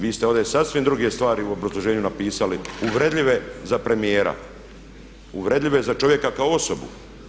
Vi ste ovdje sasvim druge stvari u obrazloženju napisali uvredljive za premijera, uvredljive za čovjeka kao osobu.